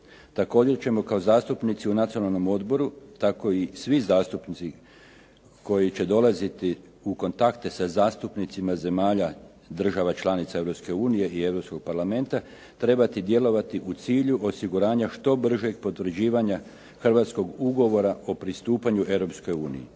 Također ćemo kao zastupnici u Nacionalnom odboru, tako i svi zastupnici koji će dolaziti u kontakte sa zastupnicima zemalja država članica Europske unije i Europskog Parlamenta trebati djelovati u cilju osiguranja što bržeg potvrđivanja hrvatskog ugovora o pristupanju